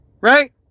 Right